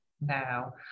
now